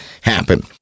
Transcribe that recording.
happen